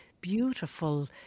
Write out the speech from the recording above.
beautiful